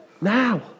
now